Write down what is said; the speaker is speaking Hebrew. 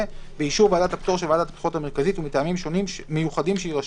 באישור ועדת הפטור של ועדת הבחירות המרכזית ומטעמים מיוחדים שיירשמו.